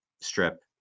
strip